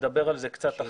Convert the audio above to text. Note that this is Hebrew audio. נדבר על זה קצת אחרי זה.